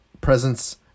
presence